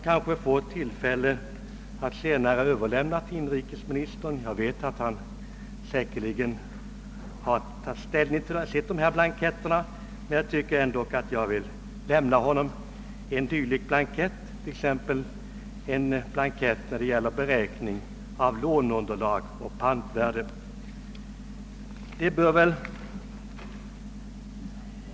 även om jag tror att inrikesministern säkerligen har sett sådana blanketter, skulle jag ändå vilja lämna honom en dylik blankett för studium, t.ex. en blankett för beräkning av låneunderlag och pantvärde.